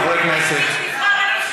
חברי הכנסת.